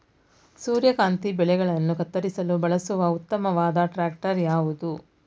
ಸೂರ್ಯಕಾಂತಿ ಬೆಳೆಗಳನ್ನು ಕತ್ತರಿಸಲು ಬಳಸುವ ಉತ್ತಮವಾದ ಟ್ರಾಕ್ಟರ್ ಯಾವುದು?